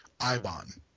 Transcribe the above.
Ibon